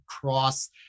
cross